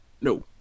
No